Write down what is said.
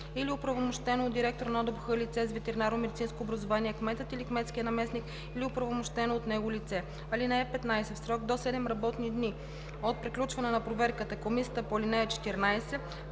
лице. (15) В срок до 7 работни дни от приключване на проверката комисията по ал. 14